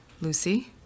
Lucy